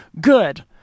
good